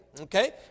Okay